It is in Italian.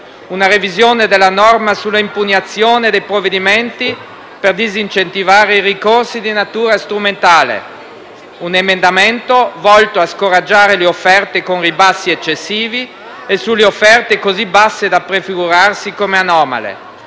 una revisione della norma sull'impugnazione dei provvedimenti per disincentivare i ricorsi di natura strumentale, un emendamento volto a scoraggiare le offerte con ribassi eccessivi e le offerte così basse da prefigurarsi come anomale,